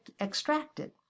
extracted